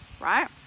right